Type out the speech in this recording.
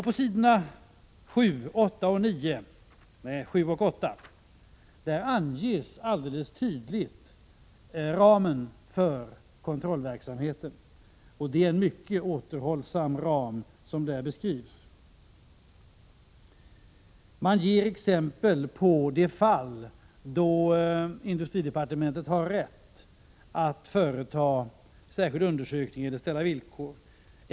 På s. 7 och 8 anges tydligt ramen för kontrollverksamheten, och det är en mycket återhållsam ram som där beskrivs. Det ges exempel på de fall där industridepartementet har rätt att företa särskild undersökning eller ställa villkor.